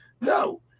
No